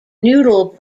noodle